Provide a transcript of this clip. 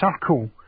circle